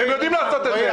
הם יודעים לעשות את זה.